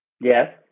Yes